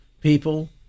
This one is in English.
people